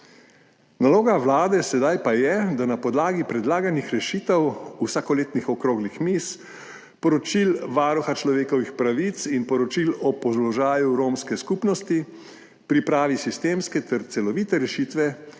naloga Vlade, da na podlagi predlaganih rešitev, vsakoletnih okroglih miz, poročil Varuha človekovih pravic in poročil o položaju romske skupnosti pripravi sistemske ter celovite rešitve,